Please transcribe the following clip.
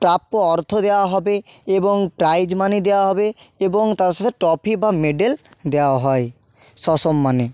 প্রাপ্য অর্থ দেওয়া হবে এবং প্রাইজ মানি দেওয়া হবে এবং তার সাথে ট্রফি বা মেডেল দেওয়া হয় সসম্মানে